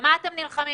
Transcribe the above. במה אתם נלחמים?